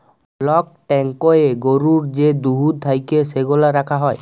block ট্যাংকয়ে গরুর যে দুহুদ থ্যাকে সেগলা রাখা হ্যয়